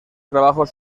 trabajos